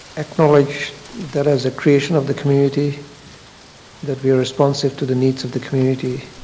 acknowledge that as a creation of the community that we are responsive to the needs of the community